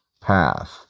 path